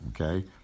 okay